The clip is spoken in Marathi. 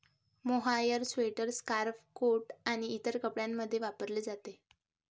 मोहायर स्वेटर, स्कार्फ, कोट आणि इतर कपड्यांमध्ये वापरले जाते